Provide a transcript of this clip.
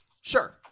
sure